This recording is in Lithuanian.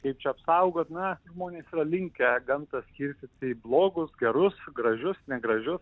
kaip čia apsaugot na žmonės yra linkę gamtą skirstyti į blogus gerus gražius negražius